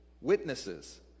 witnesses